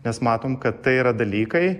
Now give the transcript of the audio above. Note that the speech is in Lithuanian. nes matom kad tai yra dalykai